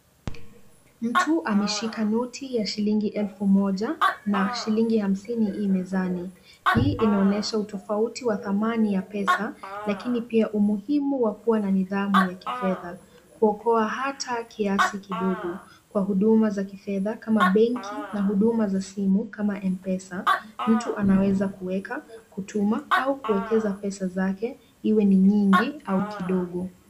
Mtu ameshika noti ya shilingi elfu moja na shilingi hamsini i mezani. Hii inaonyesha utofauti wa thamani ya pesa lakini pia umuhimu wa kuwa na nidhamu ya kifedha, kuokoa hata kiasi kidogo. Kwa huduma za kifedha kama benki na huduma za simu kama m-pesa, mtu anaweza kuweka, kutuma au kuwekeza pesa zake, iwe ni nyingi au kidogo.